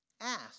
Ask